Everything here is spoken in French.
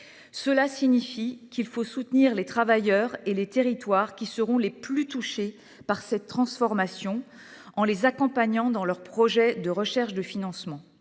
Cela signifie qu’il faut soutenir les travailleurs et les territoires qui seront les plus touchés par cette transformation, en les accompagnant dans leurs projets de recherche de financement.